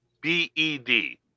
B-E-D